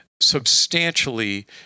substantially